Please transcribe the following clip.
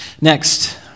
Next